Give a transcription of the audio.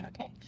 Okay